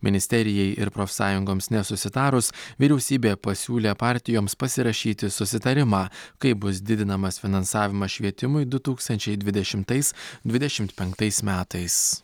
ministerijai ir profsąjungoms nesusitarus vyriausybė pasiūlė partijoms pasirašyti susitarimą kaip bus didinamas finansavimas švietimui du tūkstančiai dvidešimtais dvidešimt penktais metais